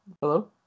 hello